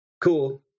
Cool